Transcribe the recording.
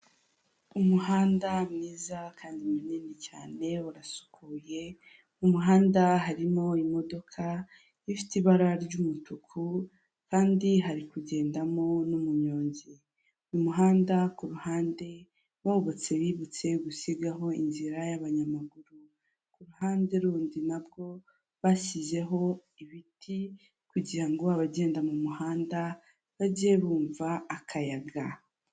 Umuhanda mwiza kandi munini cyane urasukuye ,umuhanda harimo imodoka ifite ibara ry'umutuku kandi hari kugendamo n'umunyonzi mu muhanda ,k'uruhande abubatse bibutse gusigaho inzira y'abanyamaguru ,k'uruhande rundi nabwo bashyizeho ibiti kugirango abagenda mu muhanda bajye bumva akayaga.